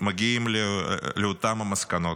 מגיעים לאותן המסקנות,